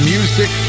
Music